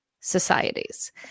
societies